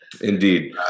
Indeed